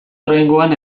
oraingoan